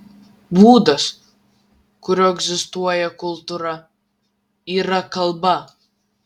būdas kuriuo egzistuoja kultūra yra kalba